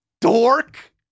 dork